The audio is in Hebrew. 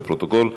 לפרוטוקול.